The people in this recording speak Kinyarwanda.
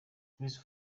chris